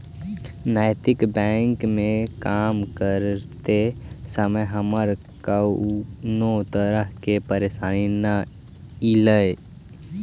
नैतिक बैंक में काम करते समय हमारा कउनो तरह के परेशानी न ईलई